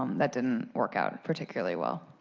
um that didn't work out particularly well.